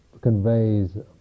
conveys